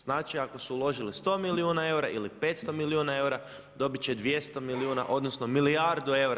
Znači ako su uložili 100 milijuna eura ili 500 milijuna eura, dobiti će 200 milijuna, odnosno, milijardu eura.